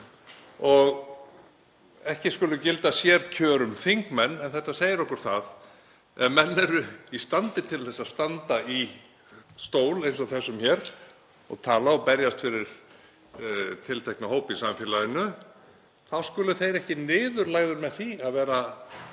Ekki skulu gilda sérkjör um þingmenn en þetta segir okkur að ef menn eru í standi til að standa í stól eins og þessum og tala og berjast fyrir tiltekna hópa í samfélaginu þá skulu þeir ekki niðurlægðir með því að vera